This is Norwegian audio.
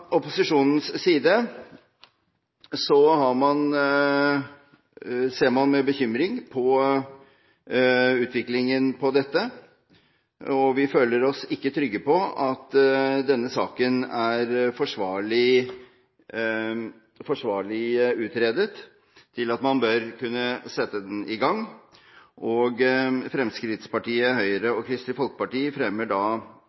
opposisjonens side ser man med bekymring på utviklingen av dette, og vi føler oss ikke trygge på at denne saken er så forsvarlig utredet at man bør kunne sette den i gang. Fremskrittspartiet, Høyre og Kristelig Folkeparti fremmer da